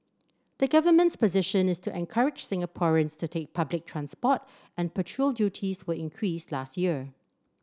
the government's position is to encourage Singaporeans to take public transport and petrol duties were increased last year